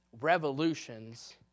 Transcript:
revolutions